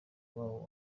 iwabo